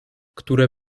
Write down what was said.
które